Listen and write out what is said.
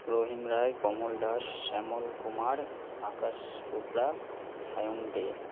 রহিম Roy Kamal Das Shyamal Kumar Akash Chopra Sayan দে